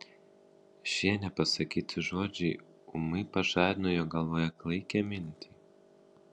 šie nepasakyti žodžiai ūmai pažadino jo galvoje klaikią mintį